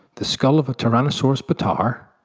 the skull of a tyrannosaurus bataar,